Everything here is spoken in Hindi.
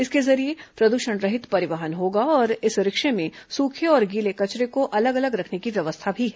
इसके जरिये प्रदूषणरहित परिवहन होगा और इस रिक्शे में सूखे और गीले कचरे को अलग अलग रखने की व्यवस्था भी है